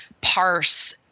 parse